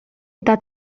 eta